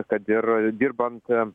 kad ir dirbant